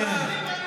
לא.